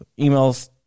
Emails